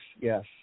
yes